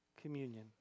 communion